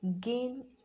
gain